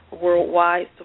worldwide